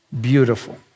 beautiful